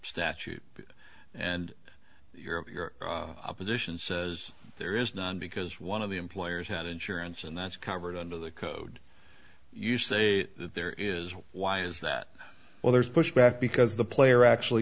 statute and your opposition says there is none because one of the employers had insurance and that's covered under the code you say there is why is that well there's pushback because the player actually